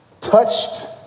touched